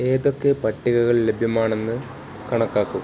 ഏതൊക്കെ പട്ടികകൾ ലഭ്യമാണെന്ന് കണക്കാക്കൂ